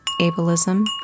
ableism